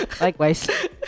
likewise